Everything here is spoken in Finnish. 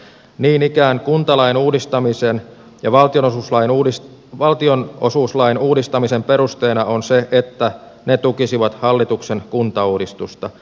niin ikään kuntalain uudistamisen ja vaativat lain uudisti valtion osuus valtionosuuslain uudistamisen perusteena on se että ne tukisivat hallituksen kuntauudistusta